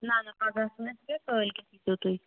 نا نا پگہہ آسو نہٕ أسۍ کیٚنٛہہ کٲلکٮ۪تھ ییٖزیو تُہۍ